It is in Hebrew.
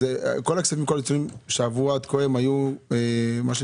כל הכספים הקואליציוניים שעברו עד כה היו על השולחן,